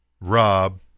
Rob